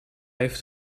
heeft